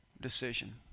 decision